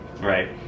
right